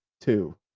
Two